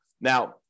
Now